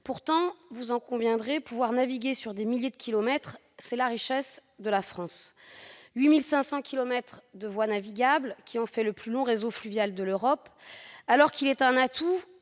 Pourtant, vous en conviendrez, pouvoir naviguer sur des milliers de kilomètres, c'est la richesse de la France. Avec 8 500 kilomètres de voies navigables, ce réseau fluvial est le plus long de l'Europe. Alors qu'il est un atout,